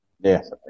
Yes